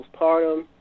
postpartum